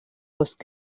post